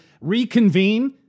reconvene